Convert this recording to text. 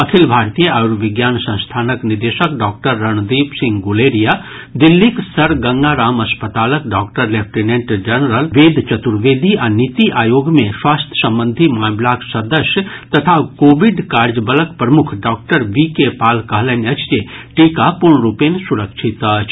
अखिल भारतीय आयुर्विज्ञान संस्थानक निदेशक डॉक्टर रणदीप सिंह गुलेरिया दिल्लीक सर गंगा राम अस्पतालक doctor lieutenant general Ved Chaturvedi आ नीति आयोग मे स्वास्थ्य संबंधी मामिलाक सदस्य तथा कोविड कार्य बलक प्रमुख डॉक्टर वी के पॉल कहलनि अछि जे टीका पूर्णरूपेण सुरक्षित अछि